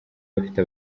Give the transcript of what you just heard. bafite